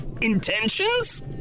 Intentions